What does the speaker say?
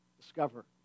discover